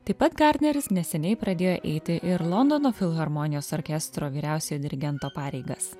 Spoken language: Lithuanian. taip pat gardneris neseniai pradėjo eiti ir londono filharmonijos orkestro vyriausiojo dirigento pareigas